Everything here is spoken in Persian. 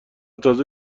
تازه